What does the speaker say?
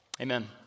Amen